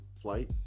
flight